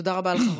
תודה רבה לך,